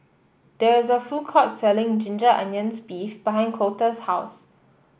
there is a food court selling Ginger Onions beef behind Colter's house